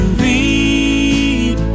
read